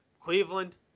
Cleveland